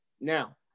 now